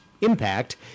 impact